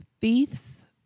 thieves